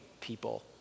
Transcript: people